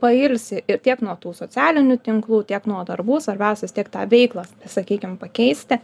pailsi ir tiek nuo tų socialinių tinklų tiek nuo darbų svarbiausia vis tiek tą veiklą sakykim pakeisti